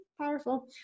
powerful